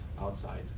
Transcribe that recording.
outside